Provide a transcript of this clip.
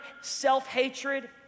self-hatred